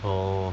oh